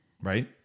Right